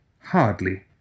Hardly